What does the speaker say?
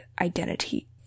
identity